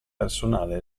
personale